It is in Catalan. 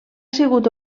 sigut